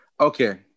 Okay